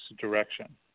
direction